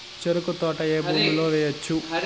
చెరుకు తోట ఏ భూమిలో వేయవచ్చు?